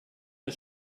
der